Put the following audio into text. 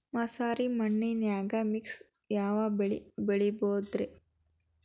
ಮಸಾರಿ ಮಣ್ಣನ್ಯಾಗ ಮಿಕ್ಸ್ ಯಾವ ಬೆಳಿ ಬೆಳಿಬೊದ್ರೇ?